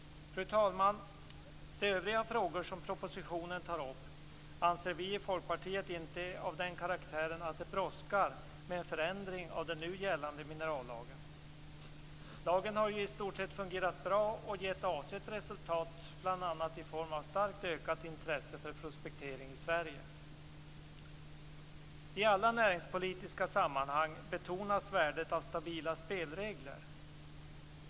Fru talman! De övriga frågor som propositionen tar upp anser vi i Folkpartiet inte är av den karaktären att det brådskar med förändringar av den nu gällande minerallagen. Lagen har ju i stort sett fungerat bra och gett avsett resultat, bland annat i form av starkt ökat intresse för prospektering i Sverige. I alla näringspolitiska sammanhang betonas värdet av stabila spelregler.